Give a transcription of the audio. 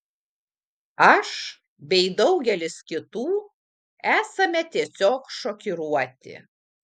aš bei daugelis kitų esame tiesiog šokiruoti